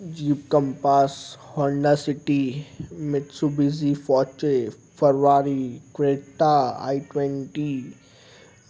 ji Compass Honda City Mitsubishi Fortuner Ferrari Creta i twenty